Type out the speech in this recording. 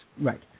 Right